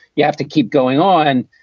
you have to keep going on.